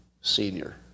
senior